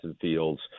Fields